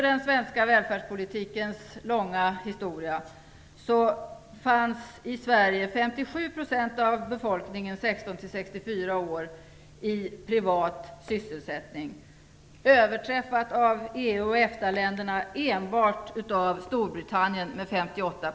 Det riktigt intressanta är att 57 % av befolkningen mellan 16 och 64 år i Sverige fanns i privat sysselsättning 1990 - efter den svenska välfärdspolitikens långa historia.